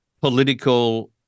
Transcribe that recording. political